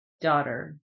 Daughter